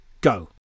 go